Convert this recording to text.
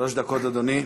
שלוש דקות, אדוני.